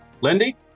Lindy